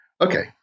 Okay